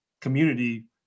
community